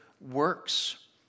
works